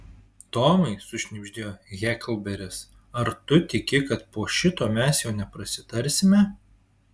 tomai sušnibždėjo heklberis ar tu tiki kad po šito mes jau neprasitarsime